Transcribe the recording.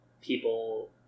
people